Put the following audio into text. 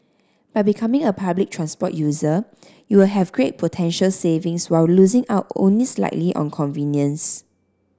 by becoming a public transport user you will have great potential savings while losing out only slightly on convenience